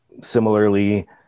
similarly